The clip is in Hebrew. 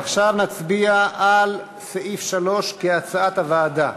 עכשיו נצביע על סעיף 3 כהצעת הוועדה.